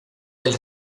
del